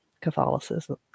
Catholicism